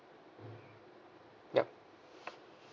yup